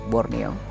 Borneo